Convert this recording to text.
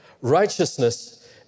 Righteousness